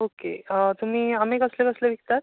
अं okay तुमी आमे कसले कसले विकतात